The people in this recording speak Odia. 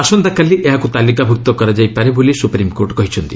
ଆସନ୍ତାକାଲି ଏହାକୁ ତାଲିକାଭୁକ୍ତ କରାଯାଇପାରେ ବୋଲି ସୁପ୍ରିମ୍କୋର୍ଟ କହିଛନ୍ତି